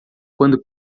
quando